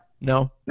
No